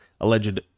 alleged